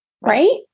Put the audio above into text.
right